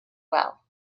well